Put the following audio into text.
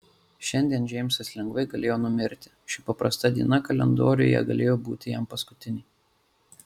šiandien džeimsas lengvai galėjo numirti ši paprasta diena kalendoriuje galėjo būti jam paskutinė